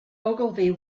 ogilvy